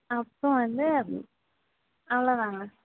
அப்புறம் வந்து அவ்வளோதாங்க